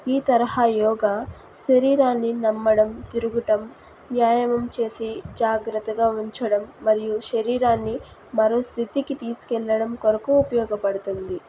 ఈ తరహా యోగ శరీరాన్ని నమ్మడం తిరగడం వ్యాయామం చేసి జాగ్రత్తగా ఉంచడం మరియు శరీరాన్ని మరో స్థితికి తీసుకెళ్ళడం కొరకు ఉపయోగపడుతుంది